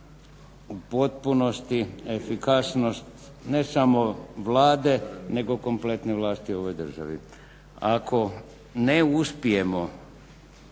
u potpunosti efikasnost ne samo Vlade nego kompletne vlasti u ovoj državi. Ako ne uspijemo